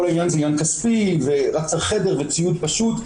העניין הוא עניין כספי ורק צריך חדר וציוד פשוט,